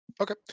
Okay